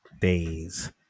days